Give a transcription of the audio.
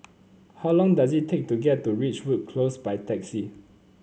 how long does it take to get to Ridgewood Close by taxi